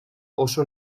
oso